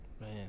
man